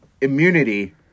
immunity